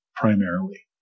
primarily